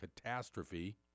Catastrophe